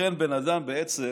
לכן בן אדם בעצם